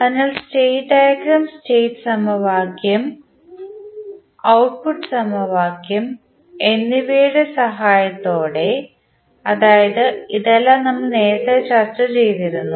അതിനാൽ state diagram state സമവാക്യം output സമവാക്യം എന്നിവയുടെ സഹായത്തോടെഅതായത് ഇതെല്ലാം നമ്മൾ നേരത്തെ ചർച്ച ചെയ്തിരുന്നു